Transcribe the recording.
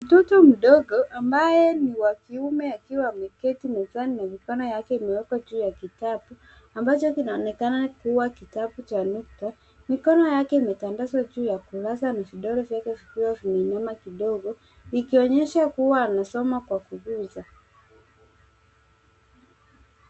Mtoto mdogo, ambaye ni wa kiume akiwa ameketi mezani, na mikono yake imewekwa juu ya kitabu, ambacho kinaonekana kuwa kitabu cha nukta. Mikono yake imetandazwa juu ya kurasa, na vidole vyake vikiwa vimenyoma kidogo, ikionyesha kuwa anasoma kwa kuguza.